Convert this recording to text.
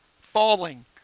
falling